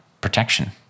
protection